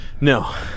No